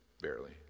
barely